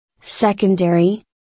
Secondary